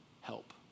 help